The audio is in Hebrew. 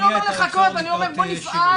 אני לא אומר לחכות אני אומר בוא נפעל,